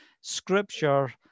Scripture